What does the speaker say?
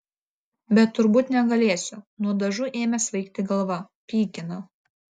bet turbūt negalėsiu nuo dažų ėmė svaigti galva pykina